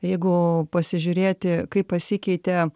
jeigu pasižiūrėti kaip pasikeitė